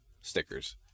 stickers